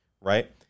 right